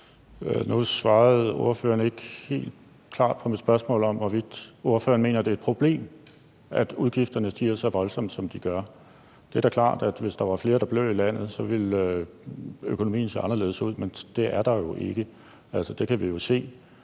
Nu svarede ordføreren ikke helt klart på mit spørgsmål om, hvorvidt ordføreren mener, at det er et problem, at udgifterne stiger så voldsomt, som de gør. Det er da klart, at hvis der var flere, der blev i landet, ville økonomien se anderledes ud, men det er der jo ikke. Det kan vi jo se.